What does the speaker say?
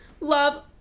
love